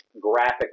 graphic